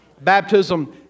Baptism